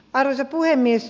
arvoisa puhemies